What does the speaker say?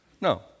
no